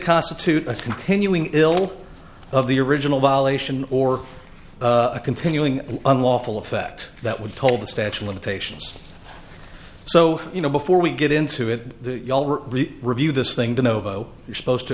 constitute a continuing ill of the original violation or a continuing unlawful effect that would told the statue of limitations so you know before we get into it review this thing to novo you're supposed to